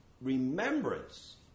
remembrance